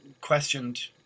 questioned